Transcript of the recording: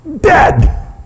dead